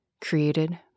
Created